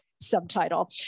Subtitle